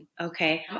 Okay